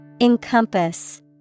Encompass